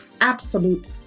absolute